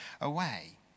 away